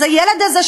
אז הילד הזה,